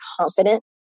confident